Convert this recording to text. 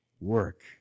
work